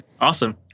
Awesome